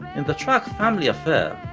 in the track family affair,